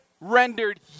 rendered